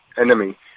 enemy